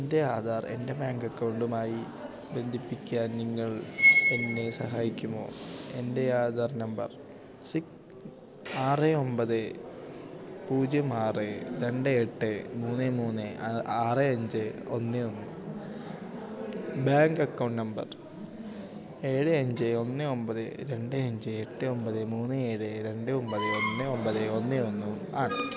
എൻ്റെ ആധാർ എൻ്റെ ബാങ്ക് അക്കൗണ്ടുമായി ബന്ധിപ്പിക്കാൻ നിങ്ങൾ എന്നെ സഹായിക്കുമോ എൻ്റെ ആധാർ നമ്പർ സിക്ക് ആറ് ഒമ്പത് പൂജ്യം ആറ് രണ്ട് എട്ട് മൂന്ന് മൂന്ന് ആറ് അഞ്ച് ഒന്ന് ഒന്ന് ബാങ്ക് അക്കൗണ്ട് നമ്പർ ഏഴ് അഞ്ച് ഒന്ന് ഒമ്പത് രണ്ട് അഞ്ച് എട്ട് ഒമ്പത് മൂന്ന് ഏഴ് രണ്ട് ഒമ്പത് ഒന്ന് ഒമ്പത് ഒന്ന് ഒന്നും ആണ്